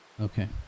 Okay